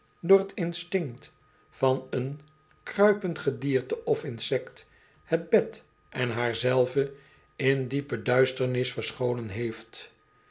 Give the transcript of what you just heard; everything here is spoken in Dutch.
door t instinct van een kruipend gedierte of insect het bed en haar zelve in diepe duisternis verscholen heeft